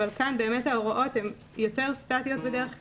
אבל כאן ההוראות יותר סטטיות בדרך כלל.